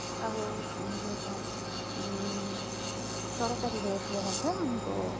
ଆଉ ଯେଉଁଟା ସରକାରୀ ରେଟ୍ରେ ମଧ୍ୟ ଆମକୁ